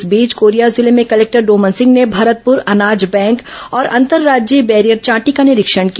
इस बीच कोरिया जिले में कलेक्टर डोमन सिंह ने भरतपुर अनाज बैंक और अंतर्राज्ज्यीय बैरियर चांटी का निरीक्षण किया